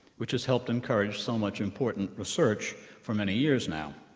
which has helped encourage so much important research for many years now.